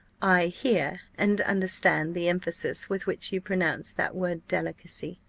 i hear and understand the emphasis with which you pronounce that word delicacy.